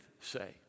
say